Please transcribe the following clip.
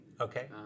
Okay